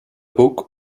book